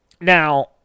Now